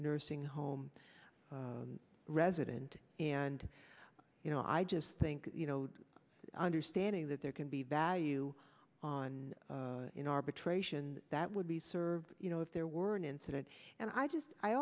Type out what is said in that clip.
nursing home resident and you know i just think you know understanding that there can be value on in arbitration that would be served you know if there were an incident and i just i